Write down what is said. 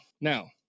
Now